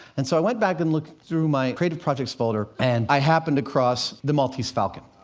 and so i went back and looked through my creative projects folder, and i happened across the maltese falcon.